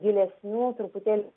gilesnių truputėlį